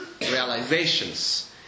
realizations